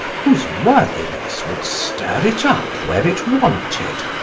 whose worthiness would stir it up where it wanted,